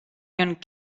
lyon